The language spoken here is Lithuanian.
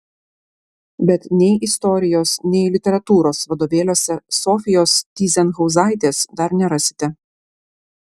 bet nei istorijos nei literatūros vadovėliuose sofijos tyzenhauzaitės dar nerasite